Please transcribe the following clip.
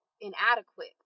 inadequate